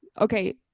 Okay